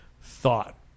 thought